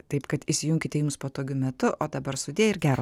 taip kad įsijunkite jums patogiu metu o dabar sudie ir gero